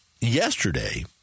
Yesterday